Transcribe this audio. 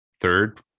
third